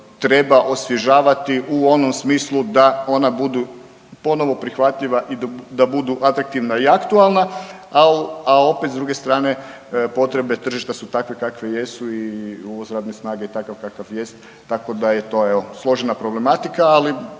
treba osvježavati u onom smislu da ona budu ponovo prihvatljiva i da budu atraktivna i aktualna, a opet s druge strane potrebe tržišta su takve kakve jesu i uvoz radne snage je takav kakav jest tako da je to evo složena problematika. Ali